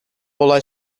olay